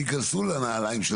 תיכנסו לנעליים.